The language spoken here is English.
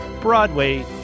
Broadway